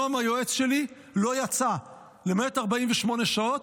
נועם, היועץ שלי, לא יצא הביתה, למעט ל-48 שעות,